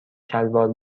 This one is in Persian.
شلوار